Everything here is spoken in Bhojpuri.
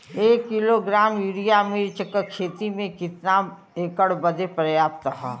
एक किलोग्राम यूरिया मिर्च क खेती में कितना एकड़ बदे पर्याप्त ह?